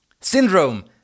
Syndrome